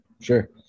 Sure